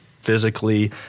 physically